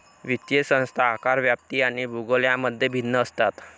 वित्तीय संस्था आकार, व्याप्ती आणि भूगोल यांमध्ये भिन्न असतात